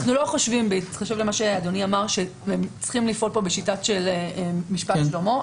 אנחנו לא חושבים שצריכים לפעול פה בשיטה של משפט שלמה.